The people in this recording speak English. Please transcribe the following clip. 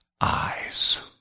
eyes